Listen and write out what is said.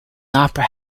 opera